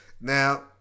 Now